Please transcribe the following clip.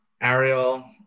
Ariel